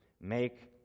Make